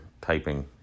typing